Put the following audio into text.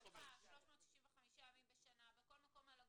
על הגלובוס,